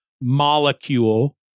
molecule